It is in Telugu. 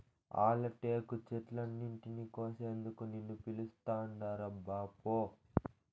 ఆల టేకు చెట్లన్నింటినీ కోసేందుకు నిన్ను పిలుస్తాండారబ్బా పో